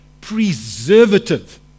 preservative